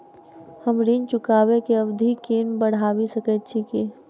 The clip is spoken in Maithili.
हम ऋण चुकाबै केँ अवधि केँ बढ़ाबी सकैत छी की?